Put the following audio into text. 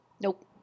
nope